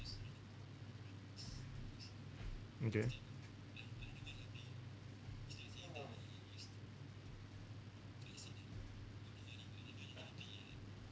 okay